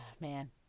Man